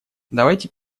давайте